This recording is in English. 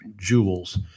jewels